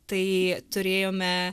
tai turėjome